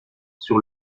sur